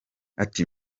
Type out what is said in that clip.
ati